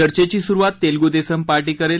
चर्चेची सुरुवात तेलगू देसम पा ी करेल